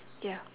ya